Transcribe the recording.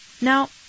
now